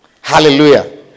Hallelujah